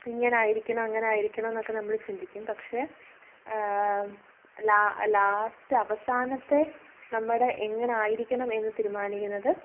ഇങ്ങനെ ആയിരിക്കണം അങ്ങനെ ആയിരിക്കണം എന്നൊക്കെ നമ്മൾ ചിന്തിക്കും പക്ഷെ ലാസ്റ്റ് അവസാനത്തെ നമ്മുടെ എങ്ങനെ ആയിരിക്കണം എന്ന് തീരുമാനിക്കുന്നത്